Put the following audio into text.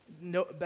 no